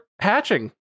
hatching